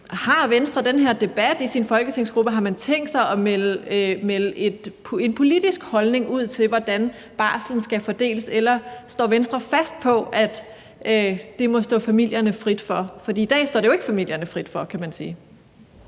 Har Venstre den her debat i deres folketingsgruppe? Har man tænkt sig at melde en politisk holdning ud om, hvordan barslen skal fordeles, eller står Venstre fast på, at det må stå familierne frit for? I dag står det jo ikke familierne frit for, kan man sige.